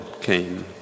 came